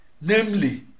Namely